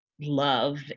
love